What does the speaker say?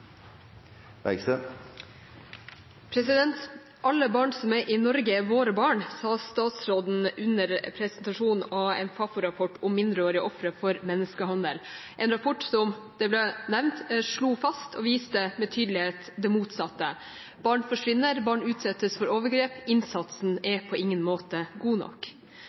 i Norge, er «våre barn»», sa statsråden under prestasjonen av en Fafo-rapport om mindreårige ofre for menneskehandel, en rapport som – som det ble nevnt – slo fast og viste med tydelighet det motsatte. Barn forsvinner, barn utsettes for overgrep, innsatsen er på ingen måte god nok.